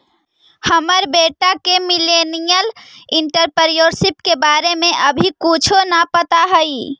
हमर बेटा के मिलेनियल एंटेरप्रेन्योरशिप के बारे में अभी कुछो न पता हई